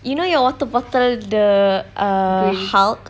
you know your water bottle the err hulk